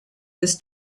was